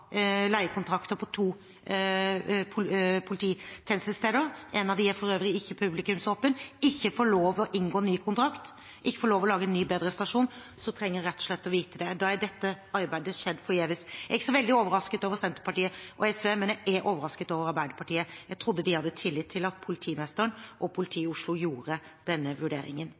leiekontrakter på to polititjenestesteder – et av dem er for øvrig ikke publikumsåpent – ikke får lov til å inngå ny kontrakt, ikke får lov til å lage en ny, bedre stasjon, så trenger jeg rett og slett å vite det. Da er dette arbeidet skjedd forgjeves. Jeg er ikke så veldig overrasket over Senterpartiet og SV, men jeg er overrasket over Arbeiderpartiet. Jeg trodde de hadde tillit til at politimesteren og politiet i Oslo gjorde denne vurderingen.